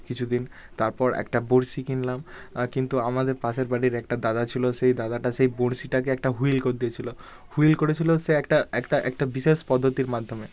কিছু দিন তারপর একটা বঁড়শি কিনলাম কিন্তু আমাদের পাশের বাড়ির একটা দাদা ছিল সেই দাদাটা সেই বঁড়শিটাকে একটা হুইল করিয়েছিলো হুইল করেছিলো সে একটা একটা একটা বিশেষ পদ্ধতির মাধ্যমে